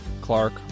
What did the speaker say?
Clark